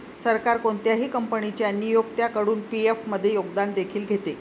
सरकार कोणत्याही कंपनीच्या नियोक्त्याकडून पी.एफ मध्ये योगदान देखील घेते